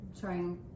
trying